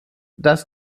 dass